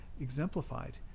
exemplified